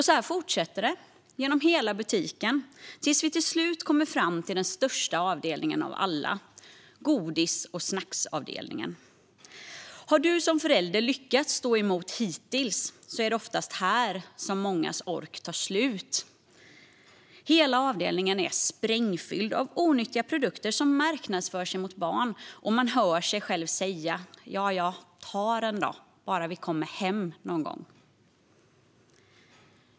Så här fortsätter det genom hela butiken tills vi till slut kommer fram till den största avdelningen av alla: godis och snacksavdelningen. Har man som förälder lyckats stå emot hittills är det oftast här mångas ork tar slut. Hela avdelningen är sprängfylld med onyttiga produkter som marknadsförs mot barn, och man hör sig själv säga: Jaja, ta den då! Bara vi kommer hem någon gång.